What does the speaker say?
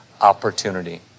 opportunity